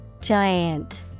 Giant